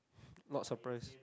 not surprised